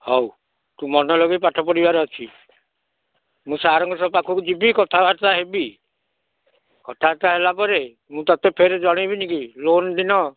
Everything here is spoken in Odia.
ହଉ ତୁ ମନ ଲଗେଇ ପାଠ ପଢ଼ିବାର ଅଛି ମୁଁ ସାର୍ଙ୍କ ପାଖକୁ ଯିବି କଥାବାର୍ତ୍ତା ହେବି କଥାବାର୍ତ୍ତା ହେଲାପରେ ମୁଁ ତୋତେ ଫେର୍ ଜଣେଇବିନି କି ଲୋନ୍ ଦିନ